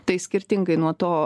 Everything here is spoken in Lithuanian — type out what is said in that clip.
tai skirtingai nuo to